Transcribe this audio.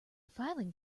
filing